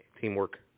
teamwork